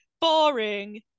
boring